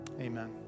amen